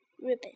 ribbon